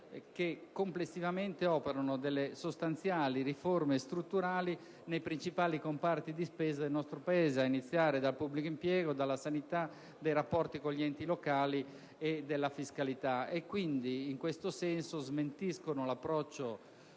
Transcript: complessivamente operano delle sostanziali riforme strutturali nei principali comparti di spesa del nostro Paese, a iniziare dal pubblico impiego, dalla sanità, dai rapporti con gli enti locali, dalla fiscalità. In questo senso, smentiscono l'approccio